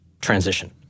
transition